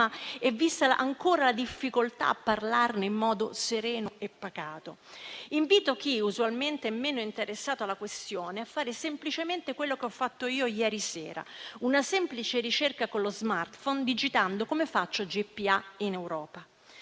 del tema e la difficoltà a parlarne in modo sereno e pacato. Invito chi usualmente è meno interessato alla questione a fare semplicemente quello che ho fatto io ieri sera: una semplice ricerca con lo *smartphone*, digitando "come faccio GPA in Europa".